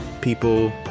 people